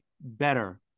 better